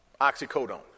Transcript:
oxycodone